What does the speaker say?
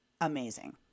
amazing